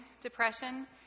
depression